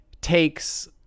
takes